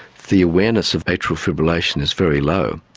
the awareness of atrial fibrillation is very low.